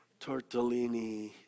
tortellini